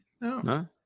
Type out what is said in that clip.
No